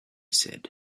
said